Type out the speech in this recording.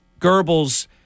Goebbels